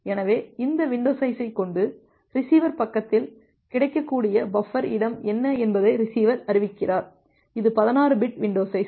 எனவே இந்த வின்டோ சைஸைக் கொண்டு ரிசீவர் பக்கத்தில் கிடைக்கக்கூடிய பஃபர் இடம் என்ன என்பதை ரிசீவர் அறிவிக்கிறார் இது 16 பிட் வின்டோ சைஸ்